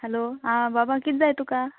hello आं बाबा किद जाय तुका